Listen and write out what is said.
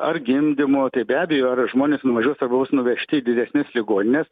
ar gimdymų tai be abejo ar žmonės nuvažiuos arba bus nuvežti į didesnes ligonines